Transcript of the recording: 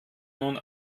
nun